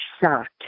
shocked